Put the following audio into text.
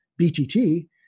BTT